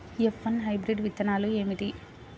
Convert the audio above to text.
F one hybrid విత్తనాలు ఏమిటి?